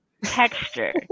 texture